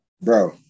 bro